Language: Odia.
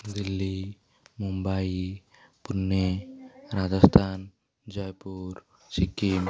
ଦିଲ୍ଲୀ ମୁମ୍ବାଇ ପୁନେ ରାଜସ୍ଥାନ ଜୟପୁର ସିକିମ